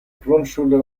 grundschule